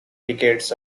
decades